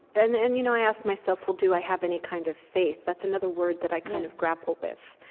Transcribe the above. and and you know i ask myself, well, do i have any kind of faith? that's another another word that i kind of grapple with.